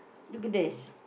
look at this